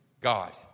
God